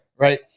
Right